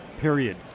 period